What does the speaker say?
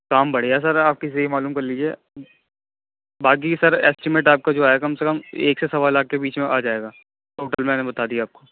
کام بڑھیا ہے سر آپ کسی سے بھی معلوم کر لیجیے باقی سر اسٹیمیٹ آپ کا جو ہے کم سے کم ایک سے سوا لاکھ کے بیچ میں آ جائے گا ٹوٹل میں نے بتا دیا آپ کو